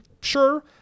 sure